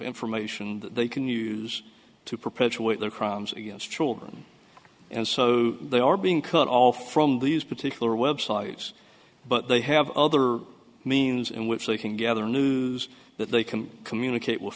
information that they can use to perpetuate their crimes against children and so they are being cut off from these particular websites but they have other means in which they can gather news that they can communicate with